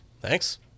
thanks